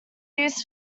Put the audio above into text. used